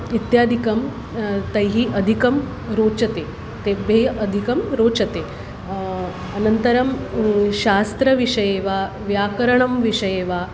इत्यादिकं तैः अधिकं रोचते तेभ्यः अधिकं रोचते अनन्तरं शास्त्रविषये वा व्याकरणं विषये वा